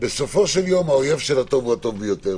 שבסופו של יום האויב של הטוב הוא הטוב ביותר,